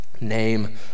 Name